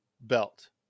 belt